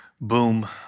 boom